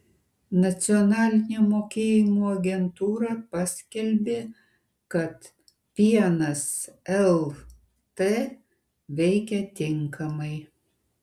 nacionalinė mokėjimo agentūra paskelbė kad pienas lt veikia tinkamai